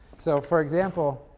so for example,